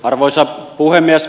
arvoisa puhemies